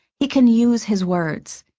he can use his words.